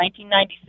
1996